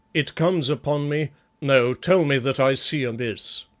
it comes upon me no, tell me that i see amiss.